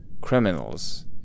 criminals